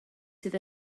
sydd